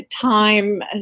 time